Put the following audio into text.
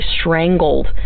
strangled